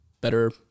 better